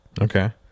okay